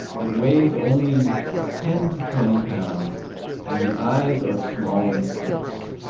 it weighs only ten to twenty pounds and the eyes are small and scarce.